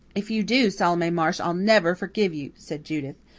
if you do, salome marsh, i'll never forgive you, said judith,